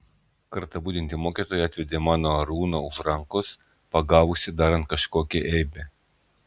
kartą budinti mokytoja atvedė mano arūną už rankos pagavusi darant kažkokią eibę